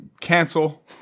Cancel